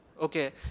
Okay